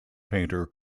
painter